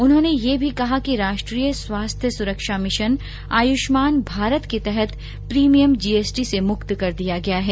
उन्होंने यह भी कहा कि राष्ट्रीय स्वास्थ्य सुरक्षा मिशन आयुष्मान भारत के तहत प्रीमियम जी एस टी से मुक्त कर दिया गया है